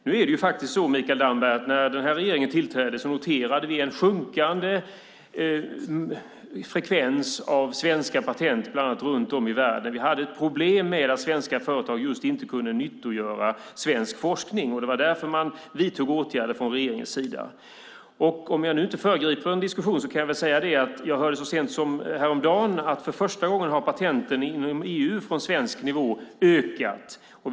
Nu är det faktiskt så, Mikael Damberg, att när den här regeringen tillträdde noterade vi en sjunkande frekvens av svenska patent runt om i världen. Vi hade ett problem med att svenska företag just inte kunde nyttogöra svensk forskning. Det var därför man vidtog åtgärder från regeringens sida. Om jag nu inte föregriper en diskussion kan jag väl säga att jag så sent som häromdagen hörde att för första gången har patenten från svensk nivå ökat inom EU.